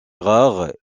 rares